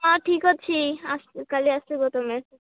ହଁ ଠିକ୍ ଅଛି କାଲି ଆସିବ ତୁମେ